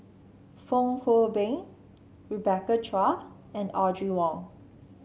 Fong Hoe Beng Rebecca Chua and Audrey Wong